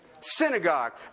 Synagogue